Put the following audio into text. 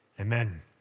Amen